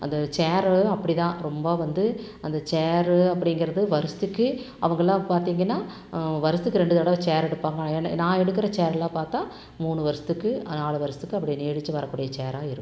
அந்த சேரும் அப்படி தான் ரொம்ப வந்து அந்த சேர் அப்படிங்கறது வருஷத்துக்கு அவங்கெல்லாம் பார்த்திங்கனா வருஷத்துக்கு ரெண்டு தடவை சேர் எடுப்பாங்க ஏன்னா நான் எடுக்கிற சேருலாம் பார்த்தா மூணு வர்ஷத்துக்கு நாலு வருஷத்துக்கு அப்படி நீடித்து வர கூடிய சேராக இருக்கும்